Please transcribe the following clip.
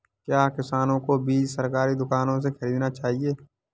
क्या किसानों को बीज सरकारी दुकानों से खरीदना चाहिए?